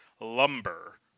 Lumber